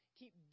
keep